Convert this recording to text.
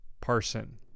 Parson